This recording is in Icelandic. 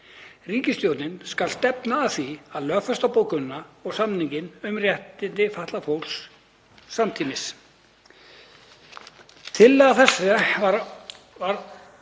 Ríkisstjórnin skal stefna að því að lögfesta bókunina og samninginn um réttindi fatlaðs fólks samtímis.